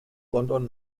london